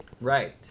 right